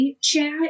chat